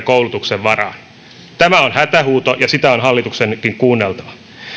koulutuksen varaan tämä on hätähuuto ja sitä on hallituksenkin kuunneltava